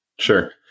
Sure